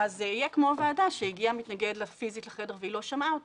אז זה יהיה כמו בוועדה שהגיע מתנגד פיזית לחדר והיא לא שמעה אותו.